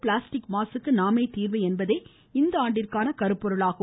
plastic மாசுக்கு நாமே தீர்வு என்பதே இந்தாண்டிற்கான கருப்பொருளாகும்